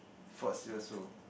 Fort Siloso